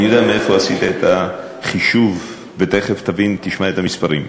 עשית את החישוב, ותכף תשמע את המספרים.